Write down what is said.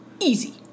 Easy